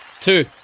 Two